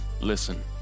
Listen